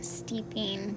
steeping